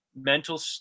Mental